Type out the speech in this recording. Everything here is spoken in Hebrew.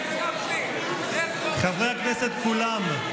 חברי הכנסת כולם,